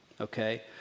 okay